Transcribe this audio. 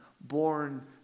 born